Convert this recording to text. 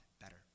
better